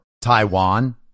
Taiwan